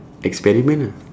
experiment ah